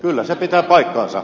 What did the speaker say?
kyllä se pitää paikkansa